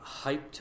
hyped